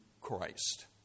Christ